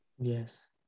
Yes